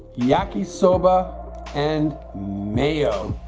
yakisoba and mayo